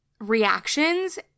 reactions